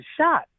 shot